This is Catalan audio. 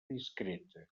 discreta